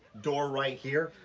door right here.